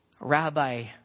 Rabbi